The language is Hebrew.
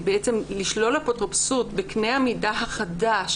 ולשלול אפוטרופסות בקנה המידה החדש